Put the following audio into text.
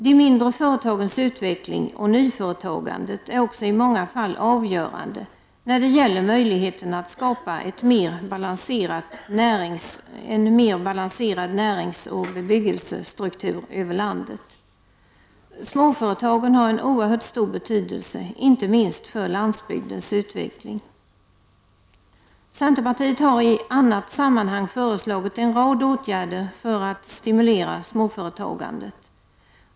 De mindre företagens utveckling och nyföretagandet är också i många fall avgörande när det gäller möjligheterna att skapa en mer balanserad näringsoch bebyggelsestruktur över landet. Småföretagen har en oerhört stor betydelse, inte minst för landsbygdens utveckling. Centerpartiet har i annat sammanhang föreslagit en rad åtgärder för att stimulera småföretagandet.